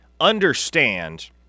understand –